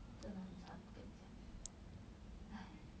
真的很惨跟你讲 !hais!